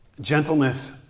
Gentleness